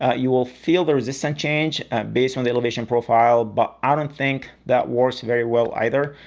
ah you will feel the resistant change based from the elevation profile, but i don't think that works very well either.